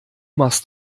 machst